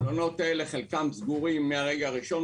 המלונות האלה חלקם סגורים מהרגע הראשון,